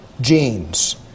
genes